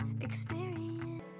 Experience